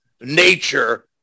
nature